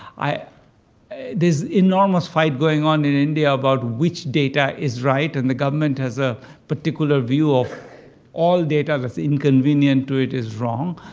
there's enormous fight going on in india about which data is right. and the government has a particular view of all data that's inconvenient to it is wrong.